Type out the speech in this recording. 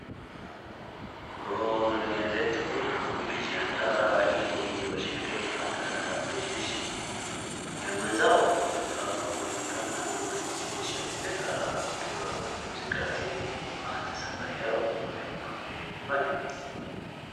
Huu ni mwenzetu, wamejiadaa ili washerehekee katika mazishi ya mwenzao, ndio hapo wanaonekana mazishi ishatendeka wakiwa wanapumzika ili waanze safari yao ya kurudi nyumbani.